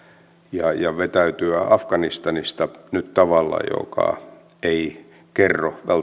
ja ja vetäytyä afganistanista tavalla joka ei kerro